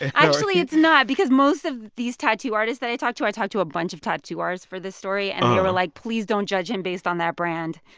actually it's not because most of these tattoo artists that i talked to i talked to a bunch of tattoo artists for this story. and they were like, please don't judge him based on that brand.